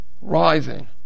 Rising